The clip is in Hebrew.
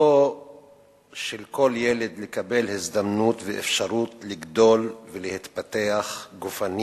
"זכותו של כל ילד לקבל הזדמנות ואפשרות לגדול ולהתפתח גופנית,